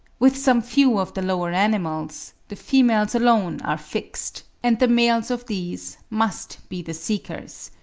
with some few of the lower animals, the females alone are fixed, and the males of these must be the seekers.